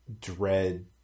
Dread